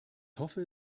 hoffe